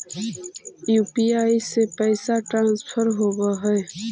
UPI से पैसा transfer होवहै?